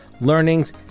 learnings